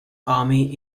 army